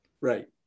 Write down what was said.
Right